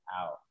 out